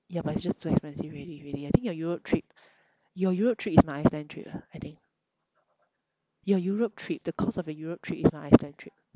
ya but it's just too expensive already really I think your Europe trip your Europe trip is my Iceland trip ah I think your Europe trip the cost of the Europe trip is my Iceland trip